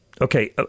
Okay